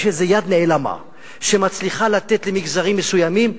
יש איזו יד נעלמה שמצליחה לתת למגזרים מסוימים,